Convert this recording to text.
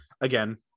again